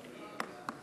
שלוש דקות לרשותך.